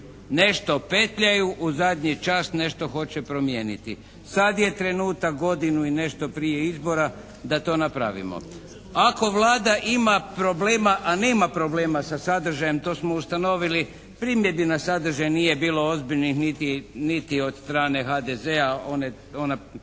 Nešto petljaju, u zadnji čas nešto hoće promijeniti. Sad je trenutak godinu i nešto prije izbora da to napravimo. Ako Vlada ima problema a nema problema sa sadržajem to smo ustanovili, primjedbi na sadržaj nije bilo ozbiljnih niti od strane HDZ-a. Ona jedna